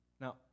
Now